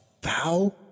thou